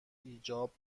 ایجاب